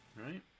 right